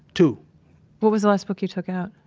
two what was the last book you took out?